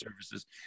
services